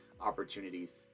opportunities